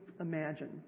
imagine